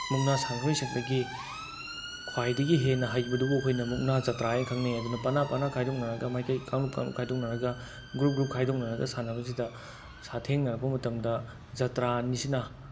ꯃꯨꯛꯅꯥ ꯁꯥꯟꯅꯔꯣꯏꯁꯤꯡꯗꯒꯤ ꯈ꯭ꯋꯥꯏꯗꯒꯤ ꯍꯦꯟꯅ ꯍꯩꯕꯗꯨꯕꯨ ꯑꯩꯈꯣꯏꯅ ꯃꯨꯛꯅꯥ ꯖꯇ꯭ꯔꯥ ꯍꯥꯏꯔꯒ ꯈꯪꯅꯩ ꯑꯗꯨꯅ ꯄꯅꯥ ꯄꯅꯥ ꯈꯥꯏꯗꯣꯛꯅꯔꯒ ꯃꯥꯏꯀꯩ ꯀꯥꯡꯂꯨꯞ ꯀꯥꯡꯂꯨꯞ ꯈꯥꯏꯗꯣꯛꯅꯔꯒ ꯒ꯭ꯔꯨꯞ ꯒ꯭ꯔꯨꯞ ꯈꯥꯏꯗꯣꯛꯅꯔꯒ ꯁꯥꯟꯅꯕꯁꯤꯗ ꯁꯥꯊꯦꯡꯅꯔꯛꯄ ꯃꯇꯝꯗ ꯖꯇ꯭ꯔꯥ ꯑꯅꯤꯁꯤꯅ